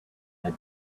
had